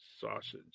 sausage